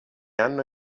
anno